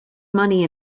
money